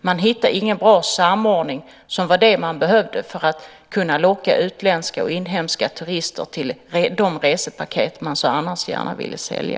Man hittade ingen bra samordning, vilket var vad som behövdes för att kunna locka utländska och inhemska turister till de resepaket man annars så gärna ville sälja.